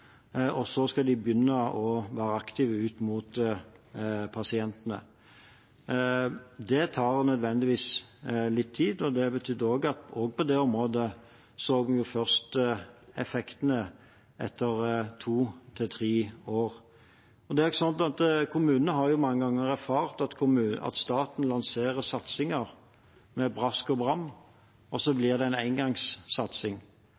og så skal de begynne å være aktive ut mot pasientene. Det tar nødvendigvis litt tid, og det betød at på det området så vi først effektene etter to til tre år. Det er også slik at kommunene mange ganger har erfart at staten lanserer satsinger med brask og bram, og så blir det en engangssatsing. Det gir også